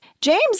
James